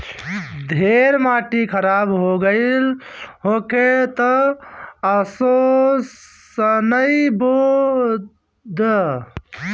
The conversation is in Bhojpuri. ढेर माटी खराब हो गइल होखे तअ असो सनइ बो दअ